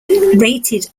rated